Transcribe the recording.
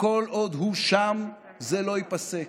כל עוד הוא שם זה לא ייפסק.